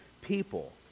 people